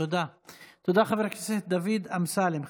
תודה, תודה, חבר הכנסת דוד אמסלם.